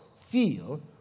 feel